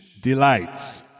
delights